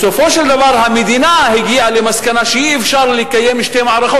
בסופו של דבר המדינה הגיעה למסקנה שאי-אפשר לקיים שתי מערכות,